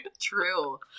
True